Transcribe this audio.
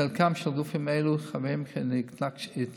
חלק מגופים אלו חווים התנגשות